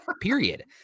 period